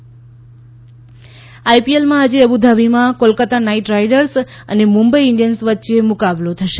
IPL આઈપીએલમાં આજે અબુધાબીમાં કોલકાતા નાઇટ રાઇડર્સ અને મુંબઈ ઇન્ડિયન્સ વ ચ્યે મુકાબલો થશે